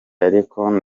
ariko